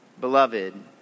Beloved